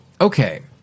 okay